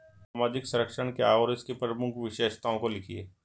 सामाजिक संरक्षण क्या है और इसकी प्रमुख विशेषताओं को लिखिए?